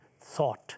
thought